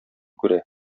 күрә